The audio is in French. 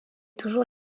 toujours